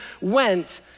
went